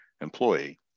employee